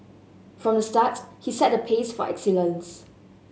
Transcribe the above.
from the start he set the pace for excellence